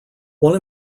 one